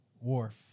wharf